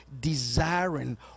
desiring